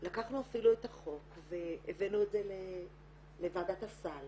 לקחנו אפילו את החוק והבאנו את זה לוועדת הסל